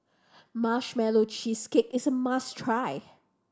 Marshmallow Cheesecake is a must try